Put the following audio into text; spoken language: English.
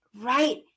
right